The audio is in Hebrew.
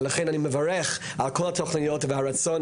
ולכן אני מברך על כל התכניות והרצון,